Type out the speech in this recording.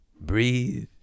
breathe